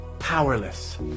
powerless